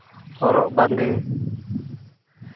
ᱦᱚᱨᱚᱜ ᱵᱟᱸᱫᱮ